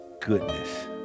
goodness